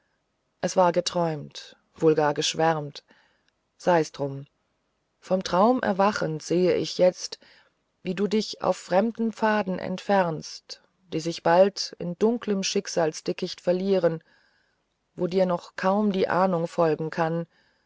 es war geträumt wohl gar geschwärmt sei's drum vom traum erwachend seh ich jetzt wie du dich auf fremden pfaden entfernst die sich bald in dunklem schicksalsdickicht verlieren wo dir kaum noch die ahnung folgen kann